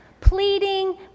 Pleading